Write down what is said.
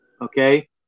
Okay